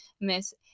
miss